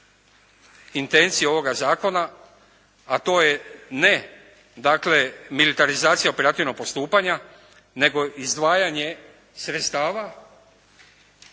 intencije ovoga zakona a to je ne dakle militarizacija operativnog postupanja nego izdvajanje sredstava